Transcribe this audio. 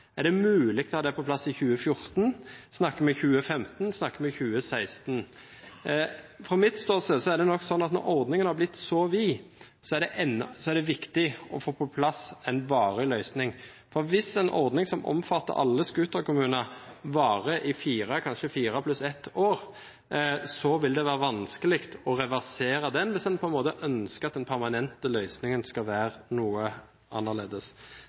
Er det mulig å ha den på plass i 2014? Snakker vi om 2015? Sakker vi om 2016? Fra mitt ståsted er det nok sånn at når ordningen har blitt så vid, er det viktig å få på plass en varig løsning. For hvis en ordning som omfatter alle scooterkommuner, varer i kanskje fire pluss ett år, vil det være vanskelig å reversere den hvis man ønsker at den permanente løsningen skal være noe annerledes.